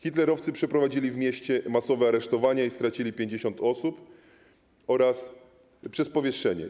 Hitlerowcy przeprowadzili w mieście masowe aresztowania i stracili 50 osób przez powieszenie.